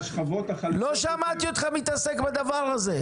השכבות החלשות --- לא שמעתי אותך מתעסק בדבר הזה.